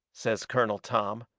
says colonel tom,